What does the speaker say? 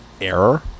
error